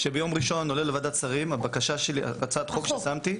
ביום ראשון עולה לוועדת השרים הצעת החוק ששמתי,